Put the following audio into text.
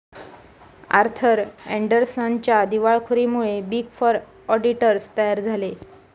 Arthur अँडरसनच्या दिवाळखोरीमुळे big four auditors तयार झाले